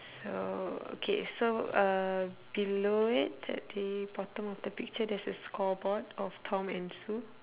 so okay so uh below it at the bottom of the picture there's a scoreboard of tom and sue